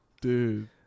dude